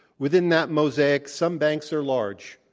within that mosaic, some banks are large,